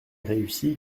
réussi